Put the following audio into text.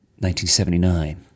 1979